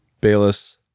Bayless